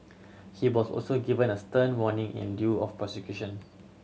he was also given a stern warning in lieu of prosecution